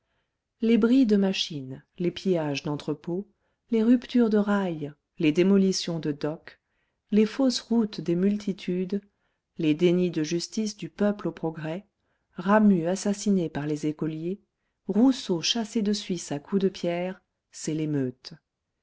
les bris de machines les pillages d'entrepôts les ruptures de rails les démolitions de docks les fausses routes des multitudes les dénis de justice du peuple au progrès ramus assassiné par les écoliers rousseau chassé de suisse à coups de pierre c'est l'émeute